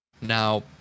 now